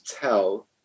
tell